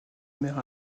mère